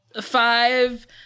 Five